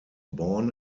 born